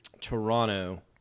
Toronto